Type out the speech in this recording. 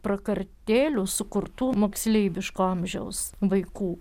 prakartėlių sukurtų moksleiviško amžiaus vaikų